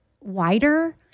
wider